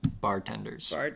bartenders